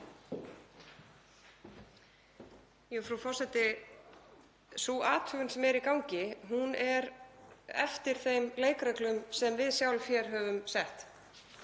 Frú forseti. Sú athugun sem er í gangi er eftir þeim leikreglum sem við sjálf höfum sett,